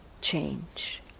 change